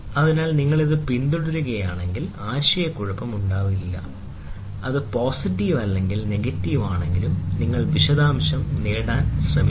അതിനാൽ നിങ്ങൾ ഇത് പിന്തുടരുകയാണെങ്കിൽ ആശയക്കുഴപ്പം ഉണ്ടാകില്ല അത് പോസിറ്റീവ് അല്ലെങ്കിൽ നെഗറ്റീവ് ആണെങ്കിലും നിങ്ങൾ വിശദാംശങ്ങൾ നേടാൻ ശ്രമിക്കുക